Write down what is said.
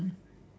mm